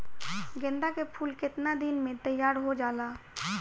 गेंदा के फूल केतना दिन में तइयार हो जाला?